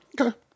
Okay